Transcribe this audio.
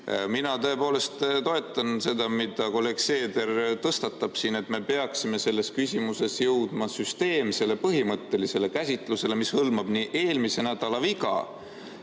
Mina tõepoolest toetan seda, mille kolleeg Seeder on siin tõstatanud. Me peaksime selles küsimuses jõudma süsteemsele põhimõttelisele [lahendusele], mis hõlmab ka eelmise nädala viga.